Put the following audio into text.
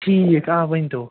ٹھیٖک آ ؤنۍتو